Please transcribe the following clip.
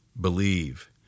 believe